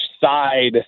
side